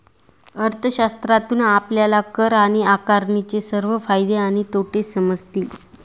अर्थशास्त्रातून आपल्याला कर आकारणीचे सर्व फायदे आणि तोटे समजतील